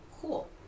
Cool